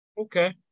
Okay